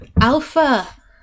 Alpha